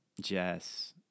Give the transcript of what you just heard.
Jess